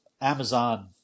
Amazon